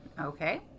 Okay